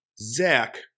Zach